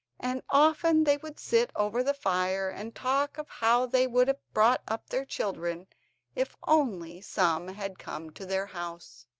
and often they would sit over the fire and talk of how they would have brought up their children if only some had come to their house.